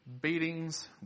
beatings